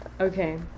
okay